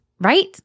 right